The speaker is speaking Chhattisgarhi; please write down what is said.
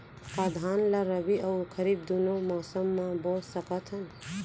का धान ला रबि अऊ खरीफ दूनो मौसम मा बो सकत हन?